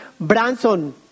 Branson